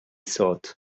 thought